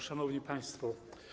Szanowni Państwo!